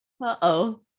uh-oh